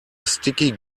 sticky